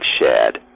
shared